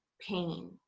pain